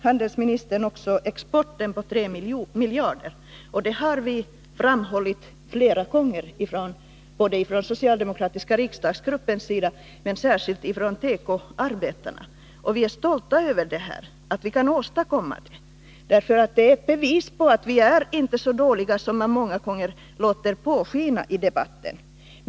Handelsministern nämnde sedan exporten på 3 miljarder kronor, som både den socialdemokratiska riksdagsgruppen och kanske särskilt tekoarbetarna har framhållit betydelsen av. Vi är stolta över att vi kan åstadkomma denna export, eftersom den ju är ett bevis på att vi inte är så dåliga som man ofta låter påskina i debatten.